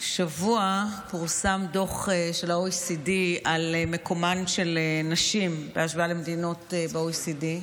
השבוע פורסם דוח של ה-OECD על מקומן של נשים בהשוואה למדינות ב-OECD,